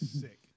sick